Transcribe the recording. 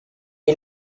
est